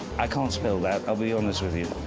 i can't spell that i'll be honest with you.